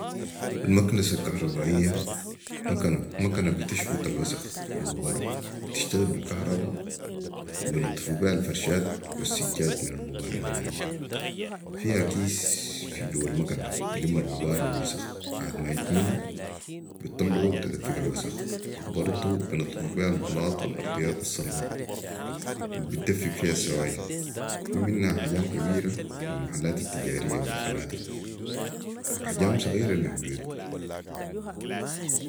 المكنسه الكهربائيه مكنه مكنه بتشفط الوسخ والغبار بتشتغل بي الكهرباء وبنطفوبيها الفرشات والسجاد من الغبار الناعم فيها كيس في جوه المكنه بلم الغبار والوسخ بعد يتملي بتطلعو تدفق الوسخ برضو بنضفو بيها البلاط والارضيات الصلبه البتدفق فيها السوايل. في منها احجام كبير لي المحلات التجاريه والفنادق واحجام صغيره للبيوت